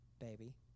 Baby